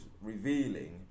revealing